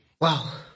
Wow